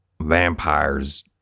vampires